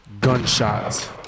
gunshots